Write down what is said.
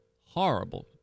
horrible